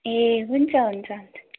ए हुन्छ हुन्छ हुन्छ